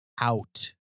out